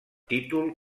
títol